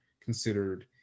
considered